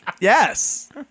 Yes